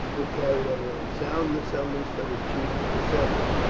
who carried a horn. sound the summons for the chiefs to assemble.